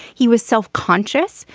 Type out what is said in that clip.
he was self-conscious.